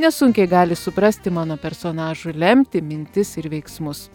nesunkiai gali suprasti mano personažų lemtį mintis ir veiksmus